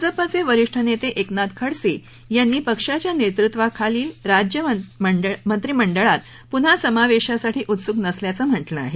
भाजपचे वरिष्ठ नेते एकनाथ खडसे यांनी पक्षाच्या नेतृत्वाखालील राज्य मंत्रिमंडळात प्न्हा समावेशासाठी उत्सुक नसल्याचं म्हटलं आहे